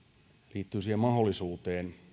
liittyy mahdollisuuteen